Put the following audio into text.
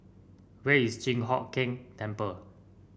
where is Chi Hock Keng Temple